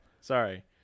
Sorry